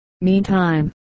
Meantime